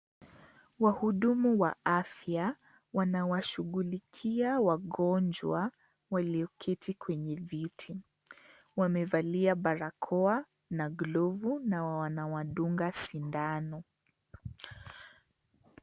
Wahudumu wa afya wanawashughulikia wajonjwa walioketi kwenye viti, wamevalia barakoa na glovu na wanawadunga sindano .